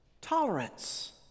tolerance